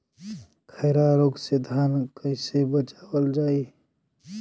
खैरा रोग से धान कईसे बचावल जाई?